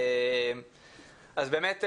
אז באמת,